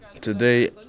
Today